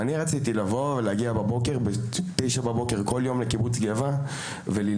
ואני רציתי לבוא ולהגיע בתשע בבוקר כל יום לקיבוץ גבע וללמוד.